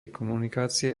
komunikácie